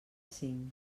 cinc